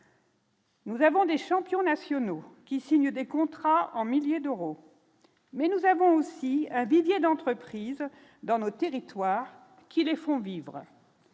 Nous avons des champions nationaux qui signent des contrats en milliers d'euros mais nous avons aussi vivier d'entreprises dans nos territoires qui les font vivre.